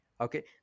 okay